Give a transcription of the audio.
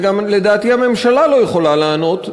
ולדעתי גם הממשלה לא יכולה לענות,